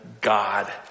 God